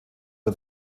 der